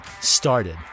started